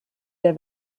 der